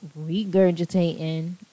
regurgitating